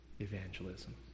evangelism